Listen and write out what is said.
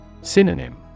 Synonym